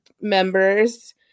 members